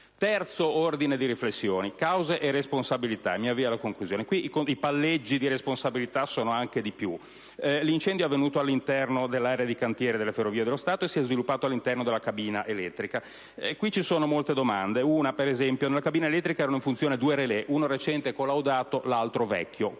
terzo ordine di riflessioni riguarda le cause e le responsabilità. Qui i palleggi di responsabilità sono anche di più. L'incendio è avvenuto all'interno dell'area di cantiere delle Ferrovie dello Stato, e si è sviluppato all'interno della cabina elettrica. Qui le domande sono molte: ad esempio, nella cabina elettrica erano in funzione due relè, uno recente e collaudato, l'altro vecchio.